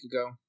ago